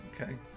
Okay